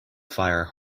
fire